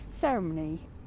ceremony